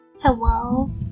Hello